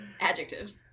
Adjectives